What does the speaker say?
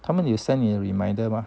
他们有 send 你 reminder mah